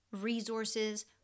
resources